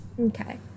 okay